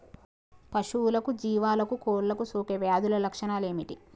పశువులకు జీవాలకు కోళ్ళకు సోకే వ్యాధుల లక్షణాలు ఏమిటి?